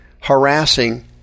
harassing